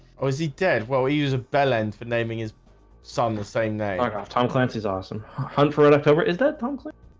oh is he dead? well, we use a bell end for naming his son the same name kind of tom clancy's awesome hunt for red october. is that conklin?